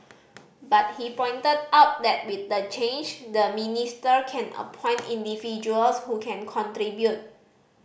but he pointed out that with the change the minister can appoint individuals who can contribute